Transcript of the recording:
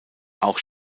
auch